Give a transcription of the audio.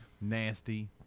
nasty